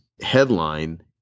headline